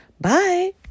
bye